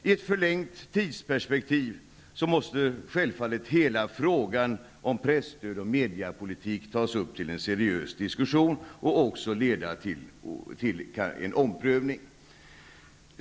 I ett förlängt tidsperspektiv måste självfallet hela frågan om presstöd och mediapolitik tas upp till en seriös diskussion och också leda till en omprövning.